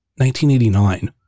1989